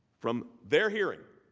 from their hearing,